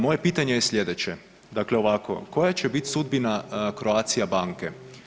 Moje pitanje je sljedeće, dakle ovako koja će bit sudbina Croatia banke?